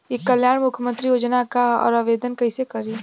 ई कल्याण मुख्यमंत्री योजना का है और आवेदन कईसे करी?